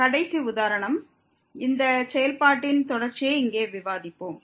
கடைசி உதாரணம் இந்த செயல்பாட்டின் தொடர்ச்சியை இங்கே விவாதிப்போம்